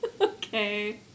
Okay